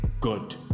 good